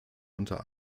unter